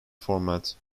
format